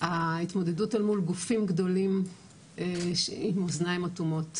ההתמודדות אל מול גופים גדולים שהם עם אוזניים אטומות,